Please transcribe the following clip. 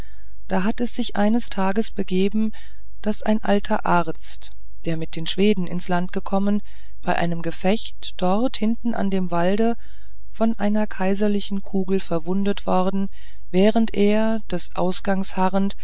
da hat es sich eines tags begeben daß ein alter arzt der mit den schweden ins land gekommen bei einem gefecht dort hinten an dem walde von einer kaiserlichen kugel verwundet worden während er des